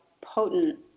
potent